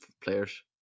players